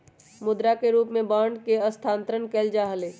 मुद्रा के रूप में बांडवन के स्थानांतरण कइल जा हलय